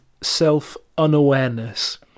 self-unawareness